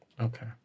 Okay